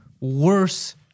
worse